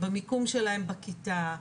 במיקום שלהם בכיתה,